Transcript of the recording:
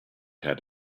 had